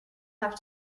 have